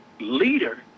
leader